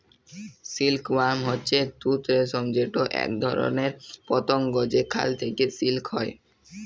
silk worm হচ্যে তুত রেশম যেটা এক ধরণের পতঙ্গ যেখাল থেক্যে সিল্ক হ্যয়